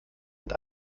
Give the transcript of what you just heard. mit